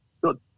Good